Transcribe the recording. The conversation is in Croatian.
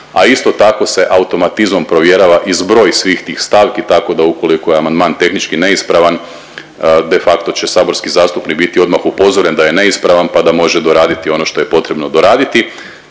a isto tako se automatizmom provjerava i zbroj svih tih stavki, tako da ukoliko je amandman tehnički neispravan de facto će saborski zastupnik biti odmah upozoren da je neispravan, pa da može doraditi ono što je potrebno doraditi